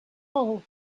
hole